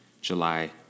July